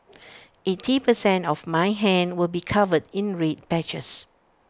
eighty per cent of my hand will be covered in red patches